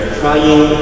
trying